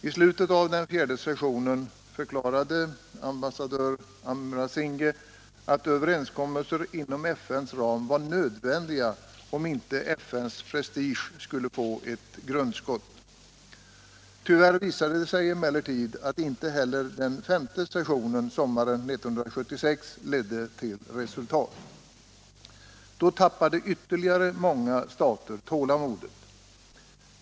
I slutet av den fjärde sessionen förklarade ambassadör Amerasinghe att överenskommelser inom FN:s ram var nödvändiga om inte FN:s prestige skulle få ett grundskott. Tyvärr visade det sig emellertid att inte heller den femte sessionen sommaren 1976 ledde till resultat. Då tappade ytterligare några stater tålamodet.